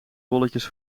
bolletjes